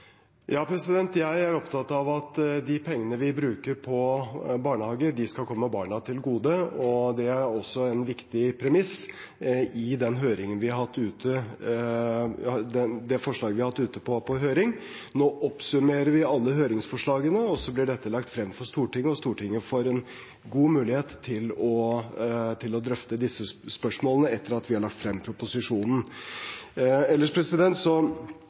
jeg er opptatt av at de pengene vi bruker på barnehage, skal komme barna til gode, og det er også en viktig premiss i det forslaget vi har hatt ute på høring. Nå oppsummerer vi alle høringsforslagene, og så blir dette lagt frem for Stortinget, og Stortinget får en god mulighet til å drøfte disse spørsmålene etter at vi har lagt frem proposisjonen. Ellers